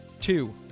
Two